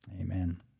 Amen